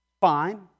fine